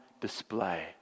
display